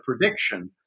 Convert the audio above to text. prediction